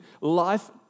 life